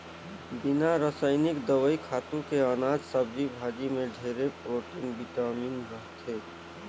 बिना रसइनिक दवई, खातू के अनाज, सब्जी भाजी में ढेरे प्रोटिन, बिटामिन रहथे